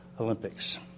Olympics